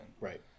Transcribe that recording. Right